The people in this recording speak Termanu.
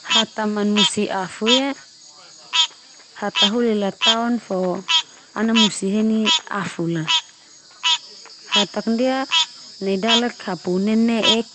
Hata man musi afu ia hataholi la taon fo ana musi heni afu la. Hatak ndia nai dalek hapu nene'ek